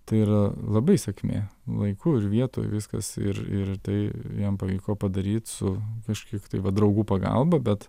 tai yra labai sekmė laiku ir vietoj viskas ir ir tai jam pavyko padaryt su kažkiek tai va draugų pagalba bet